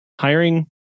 Hiring